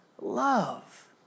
love